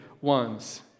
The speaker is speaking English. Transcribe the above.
ones